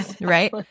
Right